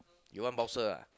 you want bouncer ah